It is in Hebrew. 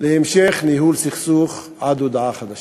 המשך ניהול הסכסוך עד הודעה חדשה.